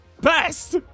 best